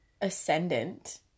ascendant